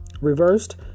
Reversed